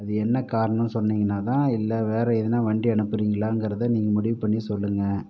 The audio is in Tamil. அது என்ன காரணம் சொன்னீங்கனா தான் இல்லை வேறு எதுனா வண்டி அனுப்புறீங்களாங்கிறத நீங்கள் முடிவு பண்ணி சொல்லுங்க